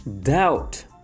doubt